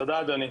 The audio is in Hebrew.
תודה אדוני.